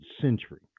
century